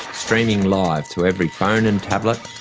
streaming live to every phone and tablet,